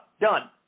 Done